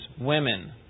women